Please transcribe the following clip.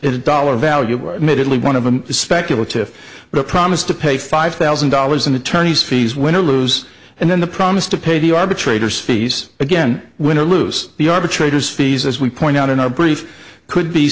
a dollar value middle one of a speculative promise to pay five thousand dollars in attorney's fees when you lose and then the promise to pay the arbitrators fees again win or loose the arbitrators fees as we point out in our brief could be